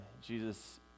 Jesus